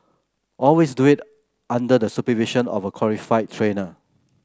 always do it under the supervision of a qualified trainer